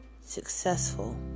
successful